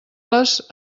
les